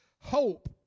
Hope